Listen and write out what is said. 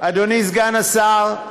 אדוני סגן השר,